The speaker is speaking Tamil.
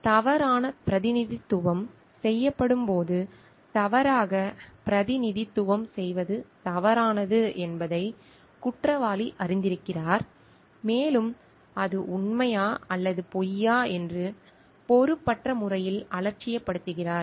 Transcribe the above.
தவறான பிரதிநிதித்துவம் செய்யப்படும்போது தவறாகப் பிரதிநிதித்துவம் செய்வது தவறானது என்பதை குற்றவாளி அறிந்திருக்கிறார் மேலும் அது உண்மையா அல்லது பொய்யா என்று பொறுப்பற்ற முறையில் அலட்சியப்படுத்துகிறார்